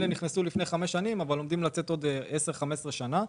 אלה שנכנסו לפני חמש שנים עומדים לצאת עוד 10,15 שנה.